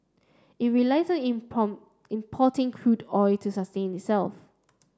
it relies in importing crude oil to sustain itself